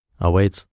awaits